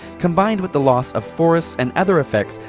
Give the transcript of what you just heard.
combined with the loss of forests and other effects,